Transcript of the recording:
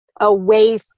away